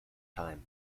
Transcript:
time